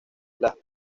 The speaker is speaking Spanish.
las